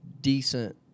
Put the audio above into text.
decent